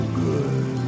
good